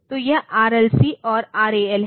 तो यह RLC और RAL है